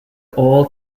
all